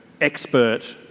expert